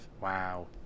Wow